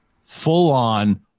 full-on